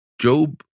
Job